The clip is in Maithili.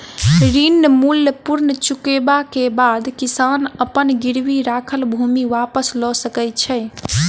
ऋण मूल्य पूर्ण चुकबै के बाद किसान अपन गिरवी राखल भूमि वापस लअ सकै छै